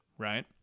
Right